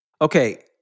Okay